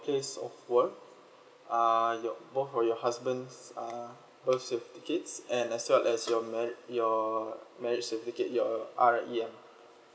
place of work uh your both of your husband's uh birth certificates and as well as your marria~ your marriage certificate your R_O_M